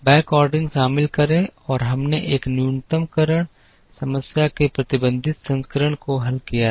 backordering शामिल करें और हमने एक न्यूनतमकरण समस्या के प्रतिबंधित संस्करण को हल किया था